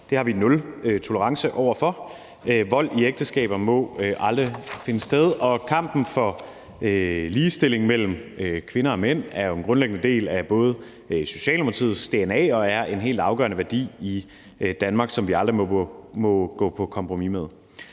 Det har vi nul tolerance over for. Vold i ægteskaber må aldrig finde sted, og kampen for ligestilling mellem kvinder og mænd er jo både en grundlæggende del af Socialdemokratiets dna og en helt afgørende værdi i Danmark, som vi aldrig må gå på kompromis med.